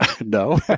No